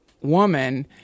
woman